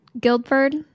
guildford